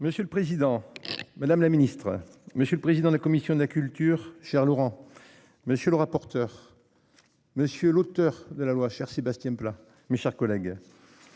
Monsieur le président, madame la Ministre, monsieur le président de la commission de la culture. Cher Laurent. Monsieur le rapporteur. Monsieur l'auteur de la loi chère Sébastien Pla, mes chers collègues.